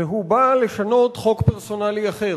והוא בא לשנות חוק פרסונלי אחר.